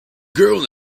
girl